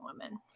women